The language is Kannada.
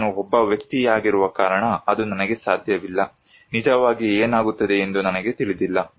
ನಾನು ಒಬ್ಬ ವ್ಯಕ್ತಿಯಾಗಿರುವ ಕಾರಣ ಅದು ನನಗೆ ಸಾಧ್ಯವಿಲ್ಲ ನಿಜವಾಗಿ ಏನಾಗುತ್ತದೆ ಎಂದು ನನಗೆ ತಿಳಿದಿಲ್ಲ